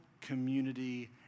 community